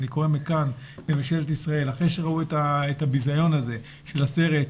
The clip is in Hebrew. אני קורא מכאן לממשלת ישראל אחרי שראו את הביזיון הזה של הסרט,